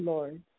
Lord